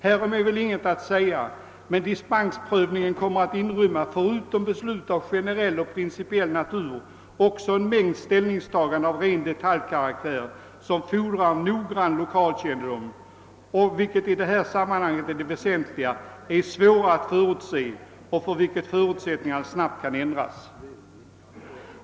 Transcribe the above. Härom är väl inget att säga, men dispensprövningen kommer förutom beslut av generell och principiell natur också att inrymma en mängd ställningstaganden av ren detaljkaraktär som fordrar god lokalkännedom och — vilket i detta sammanhang är det väsentliga — är svåra att förutse och för vilka förutsättningarna snabbt kan ändras.